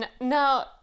no